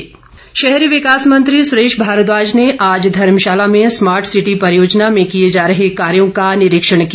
सुरेश भारद्वाज शहरी विकास मंत्री सुरेश भारद्वाज ने आज धर्मशाला में स्मार्ट सिटी परियोजना में किए जा रहे कार्यो का निरीक्षण किया